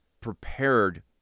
prepared